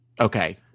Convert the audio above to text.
Okay